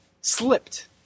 slipped